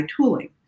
tooling